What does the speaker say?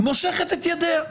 מושכת את ידיה.